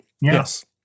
Yes